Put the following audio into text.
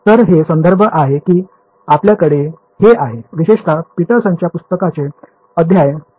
तर हे संदर्भ आहेत की आपल्याकडे हे आहे विशेषत पीटरसनच्या पुस्तकाचे अध्याय 2